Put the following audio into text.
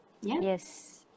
Yes